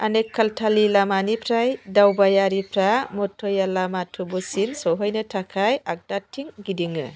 आनेकालथाली लामानिफ्राय दावबायारिफ्रा मुथुयालामाडुवुसिम सहैनो थाखाय आगदाथिं गिदिङो